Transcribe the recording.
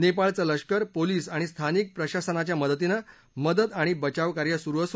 नेपाळचं लष्कर पोलीस आणि स्थानिक प्रशासनाच्या मदतीनं मदत आणि बचावकार्य सुरू आहे